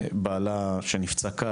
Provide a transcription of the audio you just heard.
בעלה שנפצע קל,